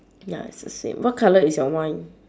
ya it's the same what colour is your wine